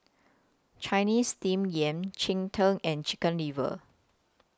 Chinese Steamed Yam Cheng Tng and Chicken Liver